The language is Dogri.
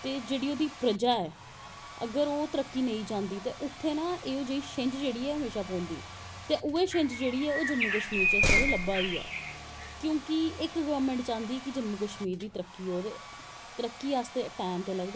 ते जेह्ड़ी ओह्दी प्रजा ऐ ओह् तरक्की नेंई चांह्दी ते ओह् उत्थें एह् जेही छिंज्झ न हमेशा पौंदी ते उऐ छिंज्झ इसलै जम्मू कशश्मीर च लब्भा दी ऐ क्योंकि इक गौरमैंट चांह्दी कि जम्मू कश्मीर दी तरक्की होऐ ते तरक्की आस्तै टैम दे लगदा